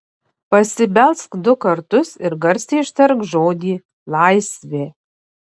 pasibelsk du kartus ir garsiai ištark žodį laisvė